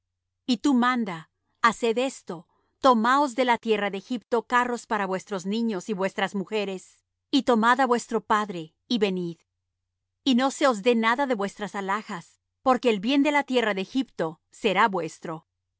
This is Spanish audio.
y tú manda haced esto tomaos de la tierra de egipto carros para vuestros niños y vuestras mujeres y tomad á vuestro padre y venid y no se os dé nada de vuestras alhajas porque el bien de la tierra de egipto será vuestro